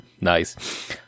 Nice